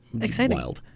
Exciting